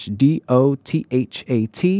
d-o-t-h-a-t